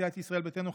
סיעת ישראל ביתנו,